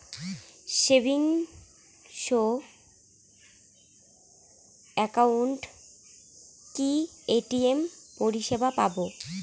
Savings একাউন্টে কি ATM পরিসেবা পাব?